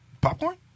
Popcorn